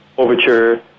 Overture